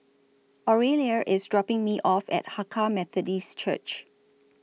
Aurelia IS dropping Me off At Hakka Methodist Church